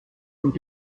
und